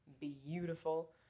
beautiful